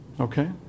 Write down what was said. Okay